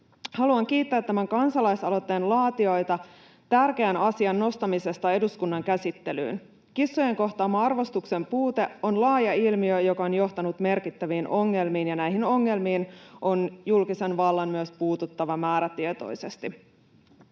Haluan kiittää tämän kansalaisaloitteen laatijoita tärkeän asian nostamisesta eduskunnan käsittelyyn. Kissojen kohtaama arvostuksen puute on laaja ilmiö, joka on johtanut merkittäviin ongelmiin, ja näihin ongelmiin on julkisen vallan myös puututtava määrätietoisesti.